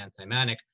antimanic